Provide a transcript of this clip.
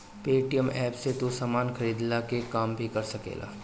Paytm app से तू सामान खरीदला के काम भी कर सकेला